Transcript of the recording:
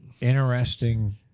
interesting